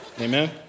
Amen